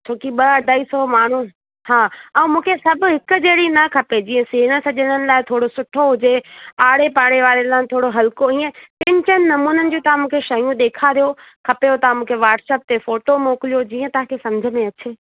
छो की ॿ अढाई सौ माण्हू हा ऐं मूंखे सभु हिक जहिड़ी न खपे जीअं सेण सॼणनि लाइ थोरो सुठो हुजे आड़े पाड़े वारनि लाइ थोरो हल्को ईंअ टीन चइनि नमूने तव्हां मूंखे शयूं ॾेखारियो खपेव तव्हां मूंखे वाट्सप ते फ़ोटो मोकिलियो जीअं तव्हांखे समुझ में अचे